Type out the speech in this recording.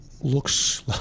looks